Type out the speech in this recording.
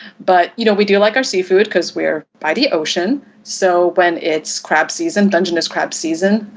but, you know, we do like our seafood because we are by the ocean so when it's crab season, dungeness crab season,